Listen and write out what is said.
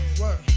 Work